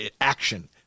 action